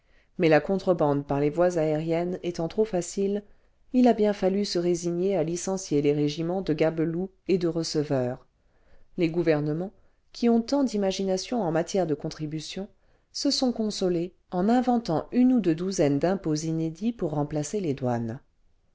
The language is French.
mais la contrebande par les voies aériennes étant trop facile il a bien fallu se résigner à licencier les régiments de gabelous et de receveurs les gouvernements qui ont tant d'imagination en matière de contributions se sont consolés en inventant une ou deux douzaines d'impôts inédits pour remplacer les douanes